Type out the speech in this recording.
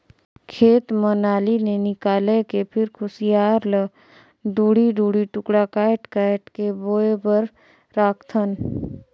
खेत म नाली ले निकायल के फिर खुसियार ल दूढ़ी दूढ़ी टुकड़ा कायट कायट के बोए बर राखथन